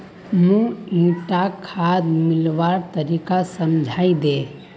मौक ईटा खाद मिलव्वार तरीका समझाइ दे